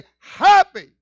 happy